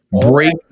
Break